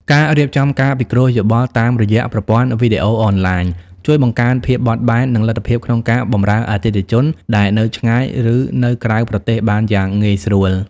ការរៀបចំការពិគ្រោះយោបល់តាមរយៈប្រព័ន្ធវីដេអូអនឡាញ ជួយបង្កើនភាពបត់បែន និងលទ្ធភាពក្នុងការបម្រើអតិថិជនដែលនៅឆ្ងាយ ឬនៅក្រៅប្រទេសបានយ៉ាងងាយស្រួល។